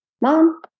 Mom